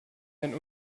einen